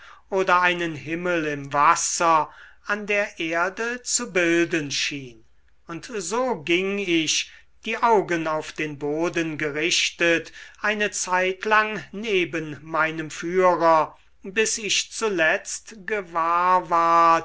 oder einen himmel im wasser an der erde zu bilden schien und so ging ich die augen auf den boden gerichtet eine zeitlang neben meinem führer bis ich zuletzt gewahr ward